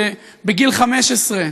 בן 15,